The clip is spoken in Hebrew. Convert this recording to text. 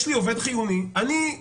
יש לי עובד חיוני בעסק,